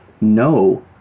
no